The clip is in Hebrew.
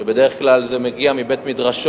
שבדרך כלל זה מגיע מבית-מדרשו,